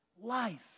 life